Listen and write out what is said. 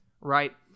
right